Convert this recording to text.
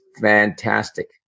fantastic